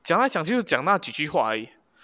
讲来讲去就讲那几句话而已